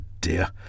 dear